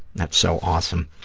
that's so awesome.